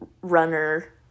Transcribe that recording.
runner